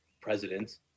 president